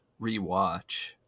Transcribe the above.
rewatch